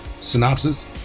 synopsis